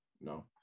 no